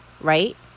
right